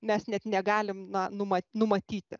mes net negalim numatyti